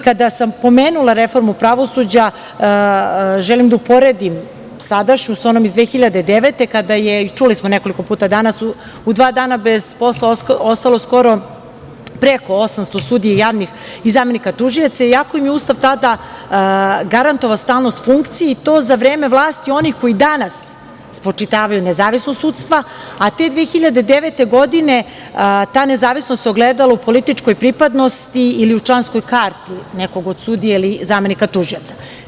Kada sam pomenula reformu pravosuđa, želim da uporedim sadašnju sa onom iz 2009. godine, čuli smo nekoliko puta u toku dana, u dva dana je ostalo bez posla skoro 800 sudija i javnih zamenika tužioca, iako im je Ustav tada garantovao stalnost funkciji i to za vreme vlasti onih koji danas, spočitavaju nezavisnost sudstva, a te 2009. godine, ta nezavisnost se ogledala u političkoj pripadnosti ili u članskoj karti nekog od sudije ili zamenika tužioca.